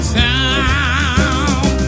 town